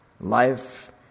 Life